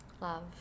Love